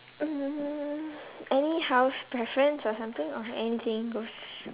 hmm any house preference or something or anything goes